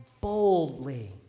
boldly